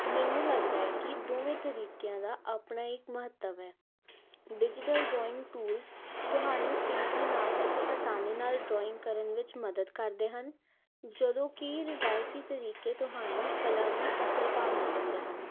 ਮੈਨੂੰ ਲੱਗਦਾ ਹੈ ਕਿ ਦੋਵੇਂ ਤਰੀਕਿਆਂ ਦਾ ਆਪਣਾ ਇੱਕ ਮਹੱਤਵ ਹੈ ਡਿਜੀਟਲ ਡਰਾਇੰਗ ਟੂਲਸ ਤੁਹਾਨੂੰ ਤੇਜ਼ੀ ਨਾਲ ਅਤੇ ਆਸਾਨੀ ਨਾਲ ਡਰਾਇੰਗ ਕਰਨ ਵਿੱਚ ਮਦਦ ਕਰਦੇ ਹਨ ਜਦੋਂ ਕਿ ਰਿਵਾਇਤੀ ਤਰੀਕੇ ਤੁਹਾਨੂੰ ਕਲਾ ਦੀ ਅਸਲ ਭਾਵਨਾ ਦਿੰਦੇ ਹਨ